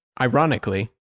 ironically